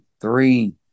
three